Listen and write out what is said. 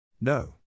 No